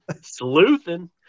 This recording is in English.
sleuthing